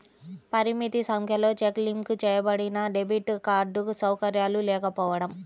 పరిమిత సంఖ్యలో check link చేయబడినడెబిట్ కార్డ్ సౌకర్యాలు లేకపోవడం